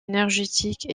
énergétique